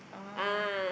ah